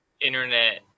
internet